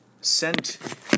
sent